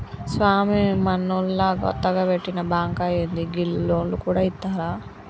స్వామీ, మనూళ్ల కొత్తగ వెట్టిన బాంకా ఏంది, గీళ్లు లోన్లు గూడ ఇత్తరా